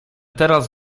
teraz